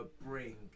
bring